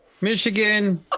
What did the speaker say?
Michigan